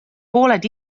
pooled